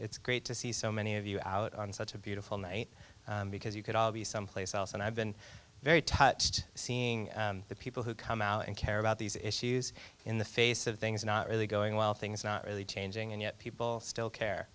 it's great to see so many of you out on such a beautiful night because you could all be someplace else and i've been very touched seeing the people who come out and care about these issues in the face of things not really going well things not really changing and yet people still care